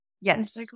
Yes